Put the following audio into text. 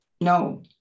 No